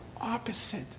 opposite